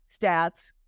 stats